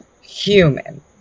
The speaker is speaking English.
human